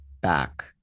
back